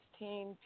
16